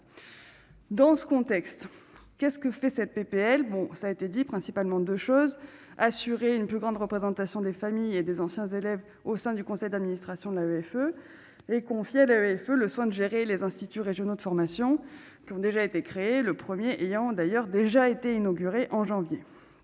dans ce contexte qu'est ce que fait cette PPL, bon, ça a été dit principalement 2 choses : assurer une plus grande représentation des familles et des anciens élèves au sein du conseil d'administration de la greffe et confié l'feu le soin de gérer les instituts régionaux de formation qui ont déjà été créés le 1er ayant d'ailleurs déjà été inaugurée en janvier,